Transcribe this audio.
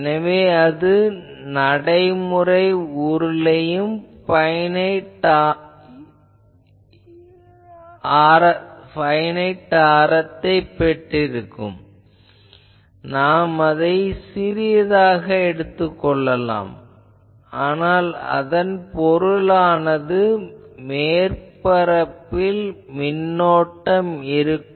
எனவே எந்த நடைமுறை உருளையும் பைனைட் ஆரத்தைப் பெற்றிருக்கும் நாம் அதை சிறியதாகக் கொள்ளலாம் ஆனால் அதன் பொருளானது மேற்பரப்பில் மின்னோட்டம் இருக்கும்